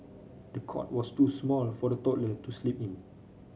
the cot was too small for the toddler to sleep in